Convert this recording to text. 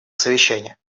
совещание